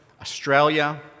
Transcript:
Australia